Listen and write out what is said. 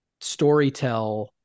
Storytell